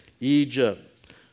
Egypt